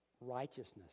righteousness